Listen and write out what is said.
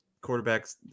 quarterbacks